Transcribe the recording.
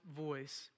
voice